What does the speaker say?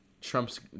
trump's